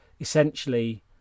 essentially